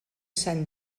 saint